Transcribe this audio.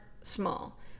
small